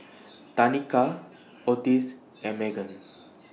Tanika Otis and Meghann